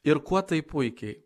ir kuo tai puikiai